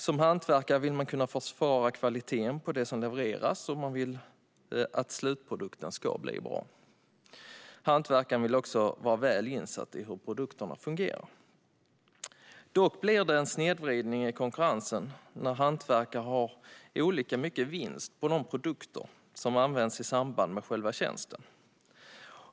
Som hantverkare vill man kunna försvara kvaliteten på det som levereras, och man vill att slutprodukten ska bli bra. Hantverkaren vill också vara väl insatt i hur produkterna fungerar. Det blir dock en snedvridning av konkurrensen när hantverkare har olika mycket vinst på de produkter som används i samband med själva tjänsten.